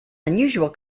unusual